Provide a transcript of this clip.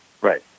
right